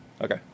Okay